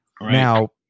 Now